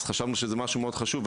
אז חשבנו שזה משהו מאוד חשוב,